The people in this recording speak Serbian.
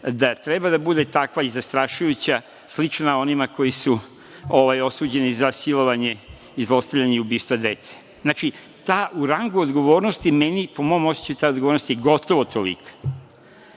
da treba da bude takva i zastrašujuća, slična onima koji su osuđeni za silovanje i zlostavljanje i ubistva dece. Znači, u rangu odgovornost meni, po mom osećaju ta odgovornost je gotovo tolika,